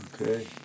Okay